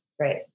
Right